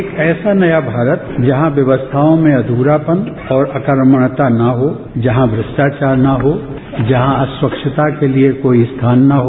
एक ऐसा नया भारत जहां व्यवस्थाओं में अध्रपण्न और अर्कमण्यता न हो जहां भ्रष्टाचार न हो जहां अस्वच्छता के लिए कोई स्थान न हो